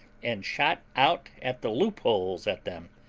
and shot out at the loopholes at them,